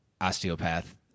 osteopath